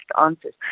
answers